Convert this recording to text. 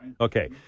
Okay